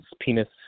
penis